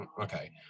okay